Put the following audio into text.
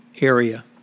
area